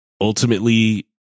ultimately